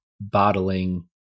bottling